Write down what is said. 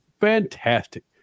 fantastic